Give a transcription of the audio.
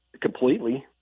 completely